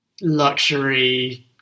luxury